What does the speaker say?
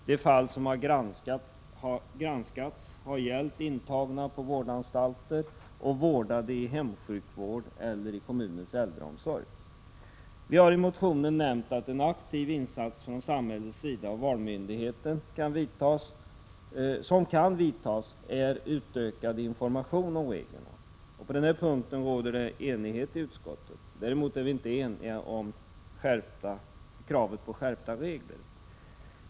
De fall som har granskats har gällt intagna på vårdanstalter och vårdade i hemsjukvård eller i kommunens äldreomsorg. Vi har i motionen nämnt att en aktiv insats som samhället och valmyndigheten kan vidta är att ge utökad information om reglerna. På den punkten råder det enighet i utskottet. Däremot är vi inte eniga om kravet på skärpta regler.